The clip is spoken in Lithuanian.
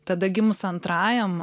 tada gimus antrajam